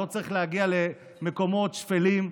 לא צריך להגיע למקומות שפלים.